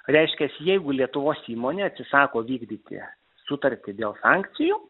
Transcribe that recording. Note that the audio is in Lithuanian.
reiškias jeigu lietuvos įmonė atsisako vykdyti sutartį dėl sankcijų